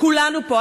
כולנו פה,